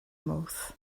mawrth